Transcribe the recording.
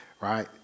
right